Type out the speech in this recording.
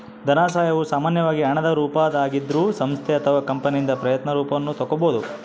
ಧನಸಹಾಯವು ಸಾಮಾನ್ಯವಾಗಿ ಹಣದ ರೂಪದಾಗಿದ್ರೂ ಸಂಸ್ಥೆ ಅಥವಾ ಕಂಪನಿಯಿಂದ ಪ್ರಯತ್ನ ರೂಪವನ್ನು ತಕ್ಕೊಬೋದು